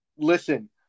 Listen